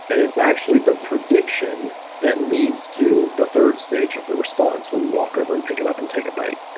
and it's actually the prediction that leads to the third stage of the response when you walk over and pick it up and take a bite.